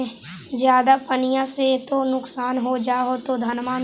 ज्यादा पनिया से तो नुक्सान हो जा होतो धनमा में?